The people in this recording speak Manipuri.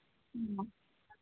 ꯎꯝ